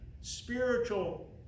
spiritual